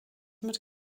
mit